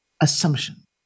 assumption